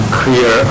clear